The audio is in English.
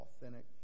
authentic